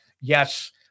Yes